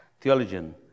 Theologian